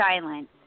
silent